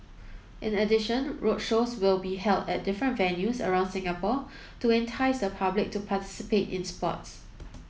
in addition roadshows will be held at different venues around Singapore to entice the public to participate in sports